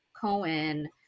Cohen